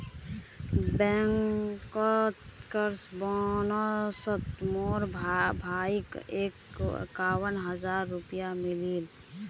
bankers बोनसोत मोर भाईक इक्यावन हज़ार रुपया मिलील